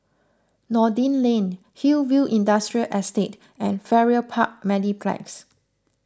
Noordin Lane Hillview Industrial Estate and Farrer Park Mediplex